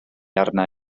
arna